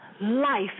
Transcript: life